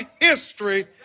history